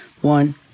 One